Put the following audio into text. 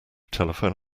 telephone